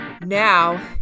Now